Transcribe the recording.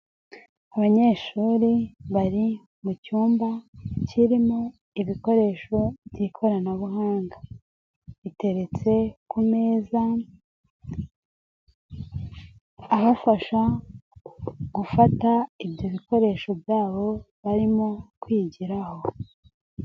Abanyeshuri bari mu cyumba kirimo ibikoresho by'ikoranabuhanga, biteretse ku meza abafasha gufata ibyo bikoresho byabo barimo kwigiraho.